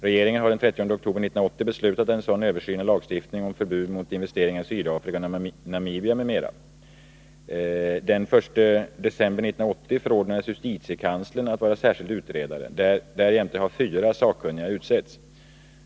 Regeringen har den 30 oktober 1980 beslutat om en sådan översyn av lagstiftningen om förbud mot investeringar i Sydafrika och Namibia m.m. Den 1 december 1980 förordnades justitiekanslern att vara särskild utredare. Därjämte har fyra sakkunniga utsetts.